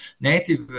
native